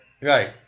Right